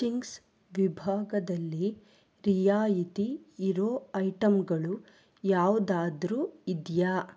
Ching's ವಿಭಾಗದಲ್ಲಿ ರಿಯಾಯಿತಿ ಇರೋ ಐಟಮ್ಗಳು ಯಾವುದಾದರೂ ಇದೆಯಾ